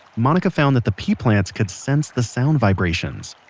monica found that the pea plants could sense the sound vibrations.